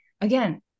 again